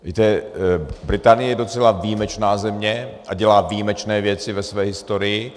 Víte, Británie je docela výjimečná země a dělá výjimečné věci ve své historii.